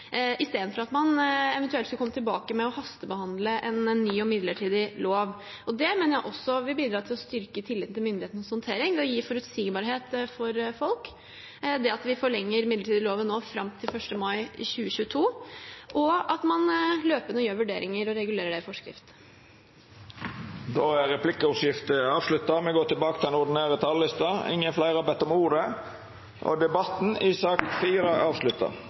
istedenfor at man eventuelt skulle komme tilbake og hastebehandle en ny og midlertidig lov. Jeg mener også det vil bidra til å styrke tilliten til myndighetenes håndtering ved å gi forutsigbarhet for folk ved at vi nå forlenger den midlertidige loven fram til 1. mai 2022, og at man løpende gjør vurderinger og regulerer det i forskrift. Replikkordskiftet er avslutta. Fleire har ikkje bedt om ordet til sak nr. 4. I høst har det kommet en del avsløringer, bl.a. i